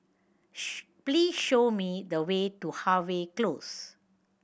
please show me the way to Harvey Close